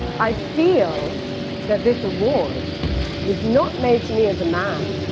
i feel that this award was not made to me as a man,